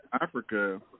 Africa